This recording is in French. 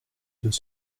deux